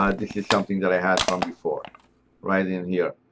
um this is something that i had from before right in here.